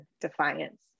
defiance